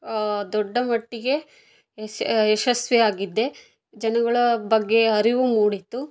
ದೊಡ್ಡ ಮಟ್ಟಿಗೆ ಯಶಸ್ವಿಯಾಗಿದ್ದೆ ಜನಗಳ ಬಗ್ಗೆ ಅರಿವು ಮೂಡಿತು